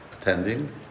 attending